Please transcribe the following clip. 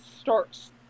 starts